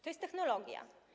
To jest technologia.